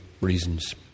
reasons